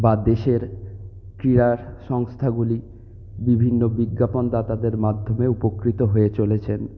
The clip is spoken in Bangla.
বা দেশের ক্রীড়া সংস্থাগুলি বিভিন্ন বিজ্ঞাপনদাতাদের মাধ্যমে উপকৃত হয়ে চলেছেন